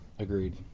Agreed